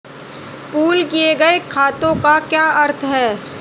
Pool किए गए खातों का क्या अर्थ है?